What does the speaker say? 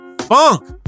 Funk